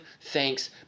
thanks